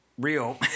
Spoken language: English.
Real